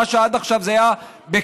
מה שעד עכשיו זה היה בכאילו.